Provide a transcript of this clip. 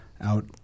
out